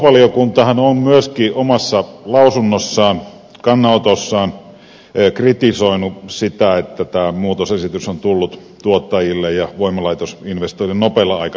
talousvaliokuntahan on myöskin omassa kannanotossaan kritisoinut sitä että tämä muutosesitys ja voimalaitosinvestointi ovat tulleet tuottajille nopealla aikataululla